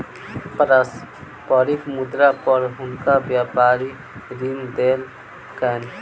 पारस्परिक मुद्रा पर हुनका व्यापारी ऋण देलकैन